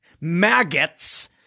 maggots